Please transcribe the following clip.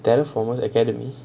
there foremost academy